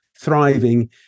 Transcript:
thriving